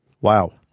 Wow